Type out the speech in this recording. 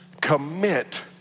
Commit